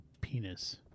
penis